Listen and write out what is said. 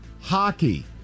hockey